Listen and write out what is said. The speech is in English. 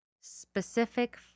Specific